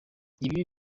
ibi